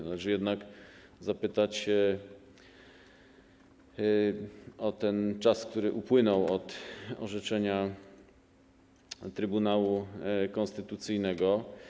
Należy jednak zapytać o ten czas, który upłynął od orzeczenia Trybunału Konstytucyjnego.